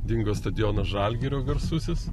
dingo stadionas žalgirio garsusis